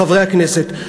חברי הכנסת,